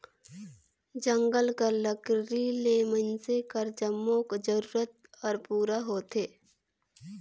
जंगल कर लकरी ले मइनसे कर जम्मो जरूरत हर पूरा होथे